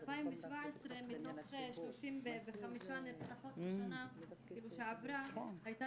ב-2017 מתוך 35 נרצחות בשנה שעברה הייתה